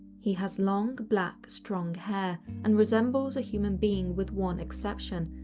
he has long, black, strong hair and resembles a human being with one exception,